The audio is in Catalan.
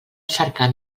cercar